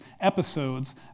episodes